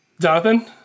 Jonathan